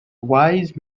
wise